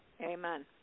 amen